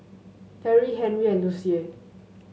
Perri Henri and Lucie